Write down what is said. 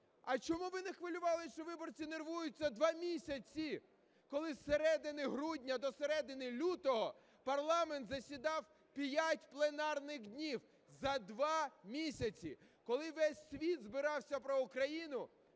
А чому ви не хвилювалися, що виборці нервуються два місяці? Коли з середини грудня до середини лютого парламент засідав п'ять пленарних днів за два місяці, коли весь світ збирався про Україну,